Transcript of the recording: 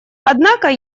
однако